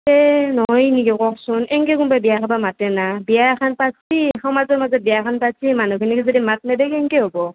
এ নহয় নেকি কওকচোন এনকৈ কোনবাই বিয়া খাব মাতেই না বিয়া এখন পাতিছে সমাজৰ মাজত বিয়া এখন পাতিছে মানুহখিনিকে যদি মাত নেদেই কেনকৈ হ'ব